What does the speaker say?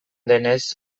denez